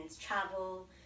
travel